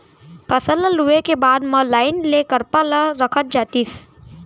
फसल ल लूए के बाद म लाइन ले करपा ल रखत जातिस